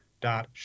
dot